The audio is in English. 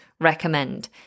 recommend